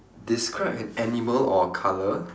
describe an animal or a colour